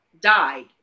died